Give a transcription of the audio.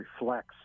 reflects